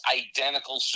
identical